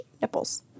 nipples